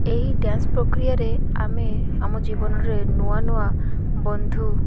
ଏହି ଡ଼୍ୟାନ୍ସ ପ୍ରକ୍ରିୟାରେ ଆମେ ଆମ ଜୀବନରେ ନୂଆ ନୂଆ ବନ୍ଧୁ